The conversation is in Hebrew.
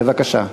בבקשה.